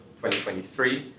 2023